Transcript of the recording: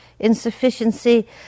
Insufficiency